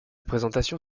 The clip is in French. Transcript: présentation